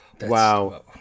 Wow